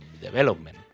development